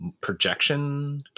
projection